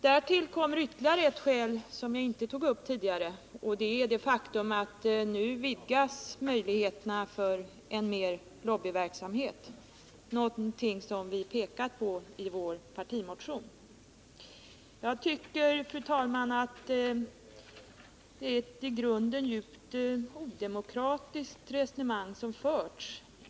Här tillkommer ytterligare ett skäl som jag inte tog upp tidigare. Det är det faktum att nu vidgas möjligheterna för en lobbyverksamhet, någonting som vi pekat på i vår partimotion. Jag tycker, fru talman, att det är ett i grunden djupt odemokratiskt resonemang som förts.